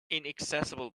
inaccessible